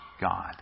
God